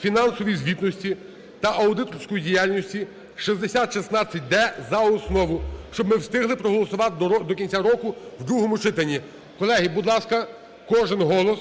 фінансової звітності та аудиторської діяльності (6016-д) за основу, щоб ми встигли проголосувати до кінця року в другому читанні. Колеги, будь ласка, кожен голос,